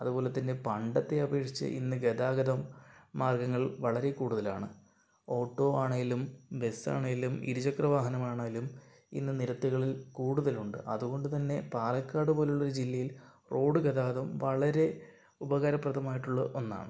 അതുപോലെത്തന്നെ പണ്ടത്തെ അപേക്ഷിച്ച് ഇന്ന് ഗതാഗതം മാർഗ്ഗങ്ങൾ വളരെ കൂടുതലാണ് ഓട്ടോ ആണേലും ബസ് ആണേലും ഇരു ചക്ര വാഹനം ആണേലും ഇന്ന് നിരത്തുകളിൽ കൂടുതലുണ്ട് അതുകൊണ്ട് തന്നെ പാലക്കാട് പോലുള്ള ഒരു ജില്ലയിൽ റോഡ് ഗതാഗതം വളരെ ഉപകാര പ്രദമായിട്ടുള്ള ഒന്നാണ്